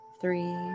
three